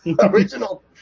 original